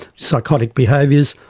psychotic behaviours.